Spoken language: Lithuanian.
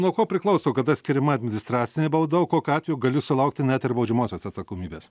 nuo ko priklauso kada skiriama administracinė bauda o kokiu atveju gali sulaukti net ir baudžiamosios atsakomybės